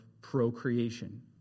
procreation